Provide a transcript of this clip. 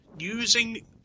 Using